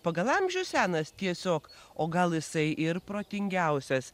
pagal amžių senas tiesiog o gal jisai ir protingiausias